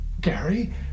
Gary